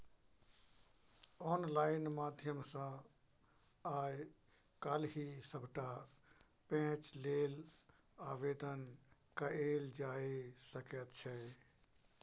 online माध्यम सँ आय काल्हि सभटा पैंच लेल आवेदन कएल जाए सकैत छै